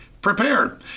prepared